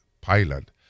pilot